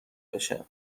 بشه